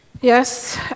Yes